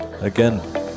again